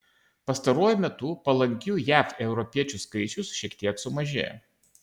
pastaruoju metu palankių jav europiečių skaičius šiek tiek sumažėjo